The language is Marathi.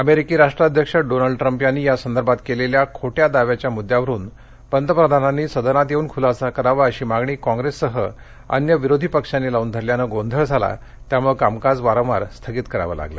अमेरिकी राष्ट्राध्यक्ष डोनल्ड ट्रंप यांनी यासंदर्भात केलेल्या खोट्या दाव्याच्या मुद्यावरून पंतप्रधानांनी सदनात येऊन खुलासा करावा अशी मागणी काँप्रेससह अन्य विरोधी पक्षांनी लावून धरल्यानं गोंधळ झाला त्यामुळं कामकाज वारंवार स्थगित करावं लागलं